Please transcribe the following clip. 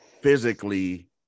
physically